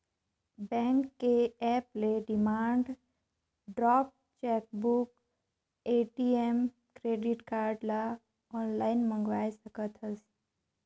bank के app ले demand draft, chequebook, ATM, credit card ल आनलाइन मंगवाये सकथस